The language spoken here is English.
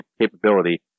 capability